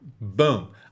Boom